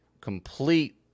complete